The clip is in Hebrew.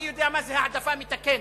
אני יודע מה זה העדפה מתקנת,